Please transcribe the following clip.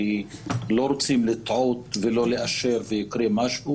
כי לא רוצים לטעות ולא לאשר ויקרה משהו.